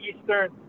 Eastern